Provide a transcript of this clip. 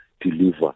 deliver